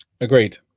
agreed